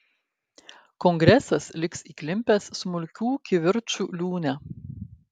kongresas liks įklimpęs smulkių kivirčų liūne